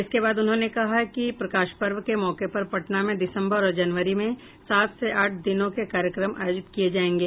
इसके बाद उन्होंने कहा कि प्रकाश पर्व के मौके पर पटना में दिसम्बर और जनवरी में सात से आठ दिनों के कार्यक्रम आयोजित किये जायेंगे